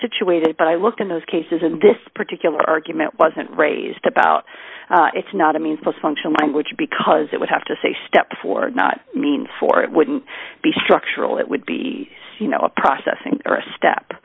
situated but i looked in those cases and this particular argument wasn't raised about it's not a means less functional language because it would have to say step four not mean for it wouldn't be structural it would be you know a processing or a step